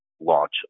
launch